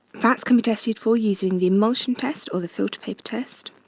fats can be tested for using the emulsion test or the filter paper test.